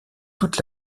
toute